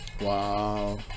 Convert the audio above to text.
wow